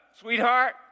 sweetheart